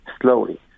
slowly